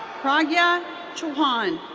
pragya chauhan.